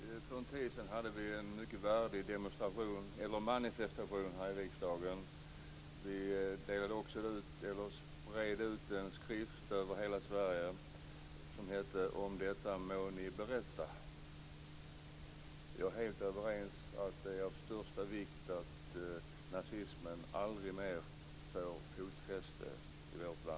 Fru talman! För en tid sedan hade vi en mycket värdig manifestation här i riksdagen. Vi spred ut en skrift över hela Sverige som heter . om detta må ni berätta . Jag är helt överens om med statsrådet om att det är av största vikt att nazismen aldrig mer får fotfäste i vårt land.